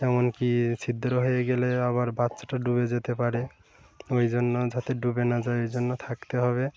যেমনকি ছিদ্র হয়ে গেলে আবার বাচ্চাটা ডুবে যেতে পারে ওই জন্য যাতে ডুবে না যায় ওই জন্য থাকতে হবে